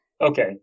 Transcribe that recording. okay